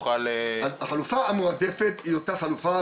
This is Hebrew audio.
החלופה המועדפת היא אותה חלופה,